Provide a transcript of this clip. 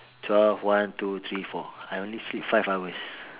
twelve one two three four I only sleep five hours